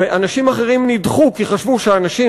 ואנשים אחרים נדחו כי חשבו שהאנשים